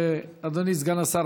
אדוני סגן השר,